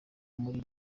muri